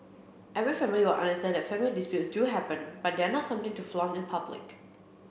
every family will understand that family disputes do happen but they are not something to flaunt in public